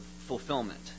fulfillment